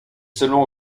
seulement